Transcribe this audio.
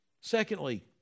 Secondly